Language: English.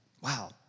Wow